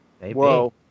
whoa